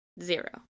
Zero